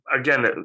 again